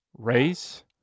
race